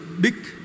big